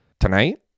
Tonight